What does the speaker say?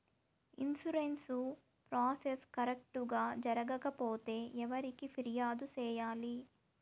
insurance process correct గా జరగకపోతే ఎవరికి ఫిర్యాదు సేయాలి